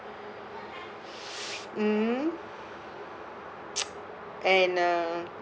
mm and uh